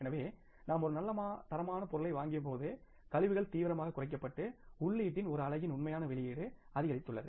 எனவே நாம் ஒரு நல்ல தரமான பொருளை வாங்கியபோது கழிவுகள் தீவிரமாக குறைக்கப்பட்டு உள்ளீட்டின் ஒரு அலகின் உண்மையான வெளியீடு அதிகரித்துள்ளது